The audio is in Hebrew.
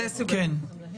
זה סוג הדיון.